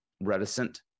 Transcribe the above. reticent